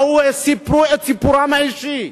וסיפר את סיפורו האישי.